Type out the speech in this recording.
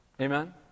Amen